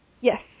Yes